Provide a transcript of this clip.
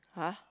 !huh!